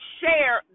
share